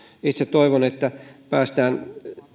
itse toivon että päästään